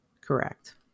Correct